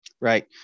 Right